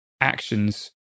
actions